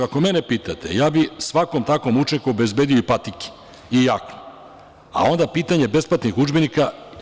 Ako mene pitate, ja bih svakom takvom učeniku obezbedio i patike i jaknu, a onda pitanje besplatnih udžbenika.